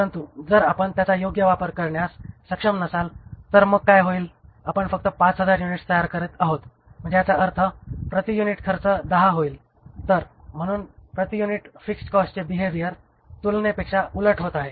परंतु जर आपण त्याचा योग्य वापर करण्यास सक्षम नसाल तर मग काय होईल आपण फक्त 5000 युनिट तयार करत आहोत म्हणजे याचा अर्थ प्रति युनिट खर्च 10 होईल तर म्हणून प्रति युनिट फिक्स्ड कॉस्टचे बिहेविअर तुलनेपेक्षा उलट होत आहे